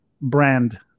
brand